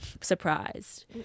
surprised